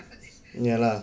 ya lah